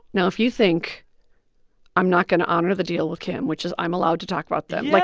now, if you think i'm not going to honor the deal with kim, which is i'm allowed to talk about them like,